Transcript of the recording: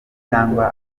cyangwa